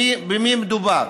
במי מדובר.